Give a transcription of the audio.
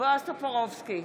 בועז טופורובסקי,